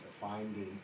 finding